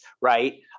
right